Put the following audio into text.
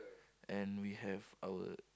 and we have our